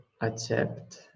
accept